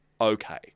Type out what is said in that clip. okay